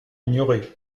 ignorée